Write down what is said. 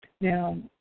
Now